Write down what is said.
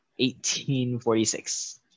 1846